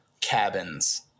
cabins